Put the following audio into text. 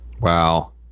wow